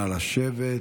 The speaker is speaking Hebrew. נא לשבת.